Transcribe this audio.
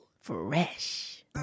fresh